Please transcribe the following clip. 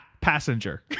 passenger